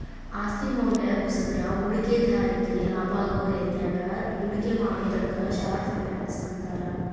ಆಸ್ತಿ ಮೌಲ್ಯ ಕುಸದ್ರ ಹೂಡಿಕೆದಾರ್ರಿಗಿ ಲಾಭಾಗೋ ರೇತ್ಯಾಗ ಹೂಡಿಕೆ ಮಾಡುದಕ್ಕ ಶಾರ್ಟ್ ಫೈನಾನ್ಸ್ ಅಂತಾರ